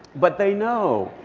but they know,